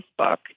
Facebook